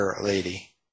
lady